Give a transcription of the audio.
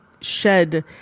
shed